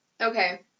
Okay